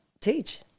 teach